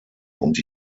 und